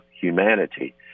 humanity